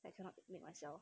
I cannot make myself